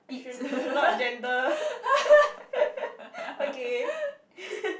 should should not gender okay